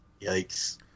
Yikes